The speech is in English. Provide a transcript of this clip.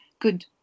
good